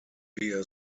bear